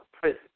prison